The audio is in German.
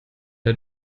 der